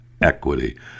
equity